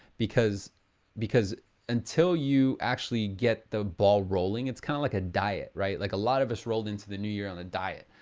because because until you actually get the ball rolling, it's kind of like a diet, right? like a lot of us rolled into the new year on the ah diet.